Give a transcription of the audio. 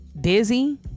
busy